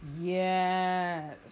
Yes